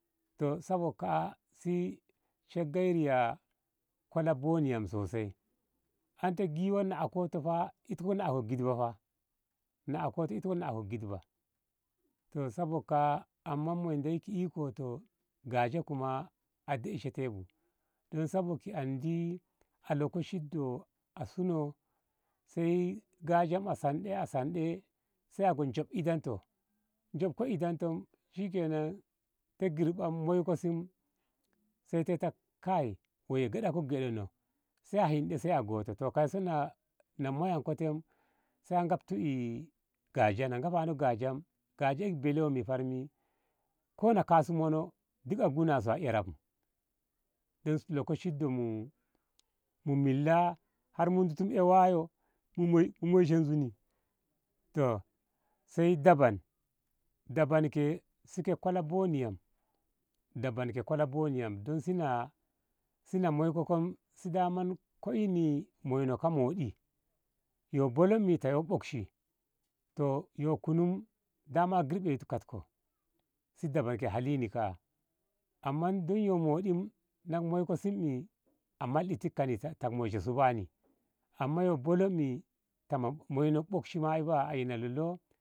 Toh sabo ka'a si shaggeriya kola boni yam sosai anta giwa nakotoh fa itko nako gidba ba nako itko nako gidba toh sabo ka a amma monde ki iko toh gaja a deishe tei bu don sabo a lokacin toh a suno sai gaja ago a sande a sande job idantoh jobko idantoh shikenan teh girba maiko si ta kai woi gyadatko gyadon no sai a girba sai ago toh kaiso na moyanko te sai a ngamti gaja na ngahani gaja ki bele womyi farni kona kasu mono a guna su a era bu lokaci yo mu milla har ditu mu ye wayo mu moishe zunu kaba daban daban ke kola boni yam don si na moi koi si daman ko ini moino ka modi yo bolon ta bokshi yo kunu a girbeti katko si daban ke halinni ka a amma dai yoh mohdi na ko moisi a maldeti kanni ta koh moishe subani amma so bolo a ana ta moini bokshi ma i baya a ina lolo.